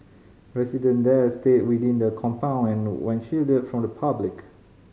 resident there are stayed within the compound and were shielded from the public